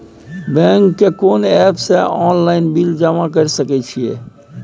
Bank के कोन app से ऑनलाइन बिल जमा कर सके छिए?